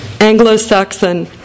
Anglo-Saxon